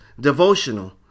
devotional